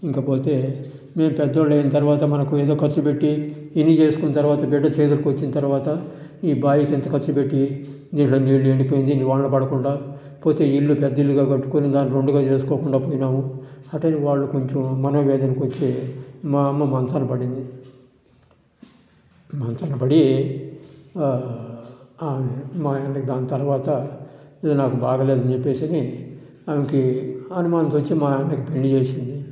ఇకపోతే మేము పెద్దోళ్ళు అయిన తర్వాత ఏదో ఖర్చు పెట్టి ఇల్లు చేతికి వచ్చిన తర్వాత బిడ్డ చేదురికి వచ్చిన తర్వాత ఈ బావికి ఎంత ఖర్చు పెట్టి నీళ్లు అనేది ఎండిపోయింది వానలు పడకుండా పోతే ఇల్లు పెద్ద ఇల్లు కాబట్టి కొద్దిగా దాని రెండుగా చేసుకోకుండా పోయినాము అది మాకు కొంచెం మనోవేదనకు వచ్చి మా అమ్మ మంచాన పడింది మంచాన పడి మా అమ్మ దాని తర్వాత ఇది నాకు బాగాలేదు అని చెప్పేసి అని ఆమెకి అనుమానం వచ్చి మా అన్నకు పెళ్లి చేసింది